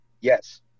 Yes